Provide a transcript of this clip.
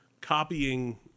copying